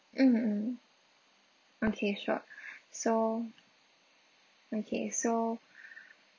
mm mm okay sure so okay so